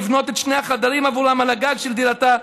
לבנות את שני החדרים עבורם על הגג של דירתה.